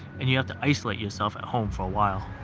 and you have to isolate yourself at home for a while.